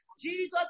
Jesus